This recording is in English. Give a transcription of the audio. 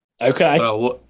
Okay